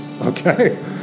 Okay